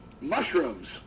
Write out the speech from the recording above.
Mushrooms